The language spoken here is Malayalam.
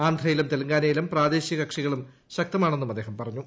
ആന്ധ്രയിലും തെലങ്കാനയിലും പ്രാദേശിക കക്ഷികളും ശക്തമാണെന്നും അദ്ദേഹം പറഞ്ഞു